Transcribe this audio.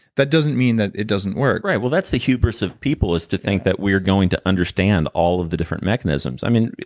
that doesn't mean that it doesn't work right, well that's the hubris of people is to think that we're going to understand all of the different mechanisms. i mean,